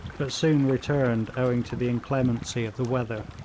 but soon returned owing to the inclemency of the weather.